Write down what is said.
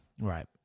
Right